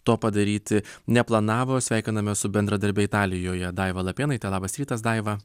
to padaryti neplanavo sveikiname su bendradarbe italijoje daiva lapėnaite labas rytas daiva